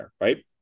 Right